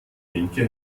linke